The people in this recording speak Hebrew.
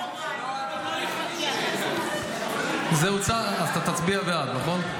זה לא הדבר היחידי --- אז אתה תצביע בעד, נכון?